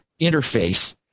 interface